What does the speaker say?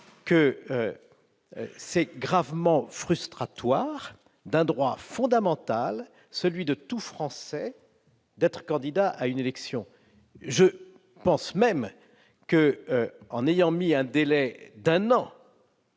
mesure est gravement frustratoire d'un droit fondamental : celui de tout Français d'être candidat à une élection. Je pense même que, en ayant prévu un délai d'un an